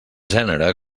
gènere